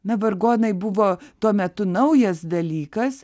na vargonai buvo tuo metu naujas dalykas